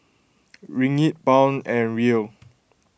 Ringgit Pound and Riel